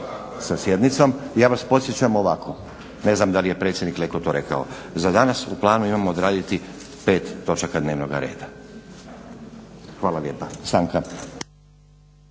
sa sjednicom. Ja vas podsjećam ovako, ne znam da li je predsjednik Leko to rekao. Za danas u planu imamo odraditi pet točaka dnevnog reda. Hvala lijepa.